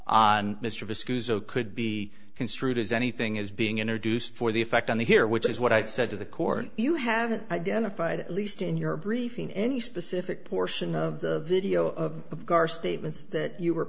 oh could be construed as anything is being introduced for the effect on the here which is what i said to the court you have identified at least in your briefing any specific portion of the video of gaar statements that you were